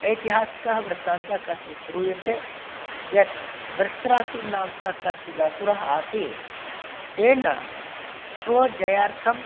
ऐतिहासिकः वृत्तान्तः कश्चित् श्रूयते यत् वृत्रासुरनामकः कश्चित् असुरः आसीत् तेन स्वजयार्थं